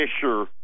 Fisher